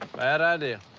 bad idea.